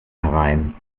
herein